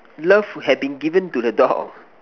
love had been given to the dog